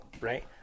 right